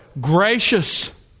gracious